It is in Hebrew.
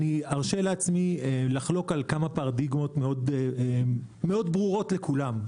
אני ארשה לעצמי לחלוק על כמה פרדיגמות מאוד ברורות לכולם.